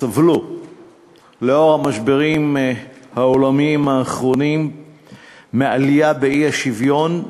סבלו לנוכח המשברים העולמיים האחרונים מעלייה באי-שוויון,